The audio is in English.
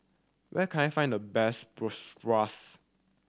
where can I find the best Bratwurst